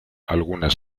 algunas